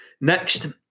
next